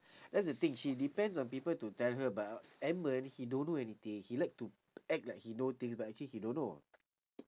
that's the thing she depends on people to tell her but edmund he don't know anything he like to act like he know things but actually he don't know